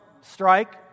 strike